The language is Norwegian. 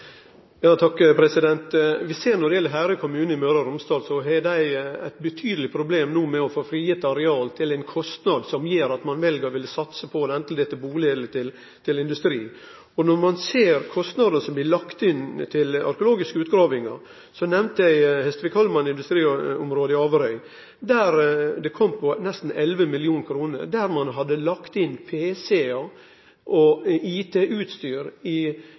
Vi ser at når det gjeld Herøy kommune i Møre og Romsdal, har dei no eit betydeleg problem med å få frigitt areal til ein kostnad som gjer at ein vel å ville satse på det, anten det er til bustad eller til industri. Med omsyn til kostnader som blir lagde inn i samband med arkeologiske utgravingar, nemnde eg Hestvikholman industriområde på Averøya, der dette kom på nesten 11 mill. kr. Ein hadde lagt inn pc-ar og IT-utstyr i